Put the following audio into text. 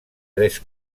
tres